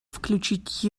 включить